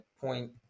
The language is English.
point